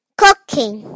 cooking